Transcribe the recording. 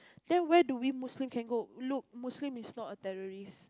then where do we Muslim can go look Muslim is not a terrorist